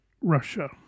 Russia